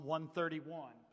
131